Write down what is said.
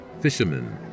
fishermen